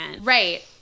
Right